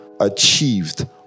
achieved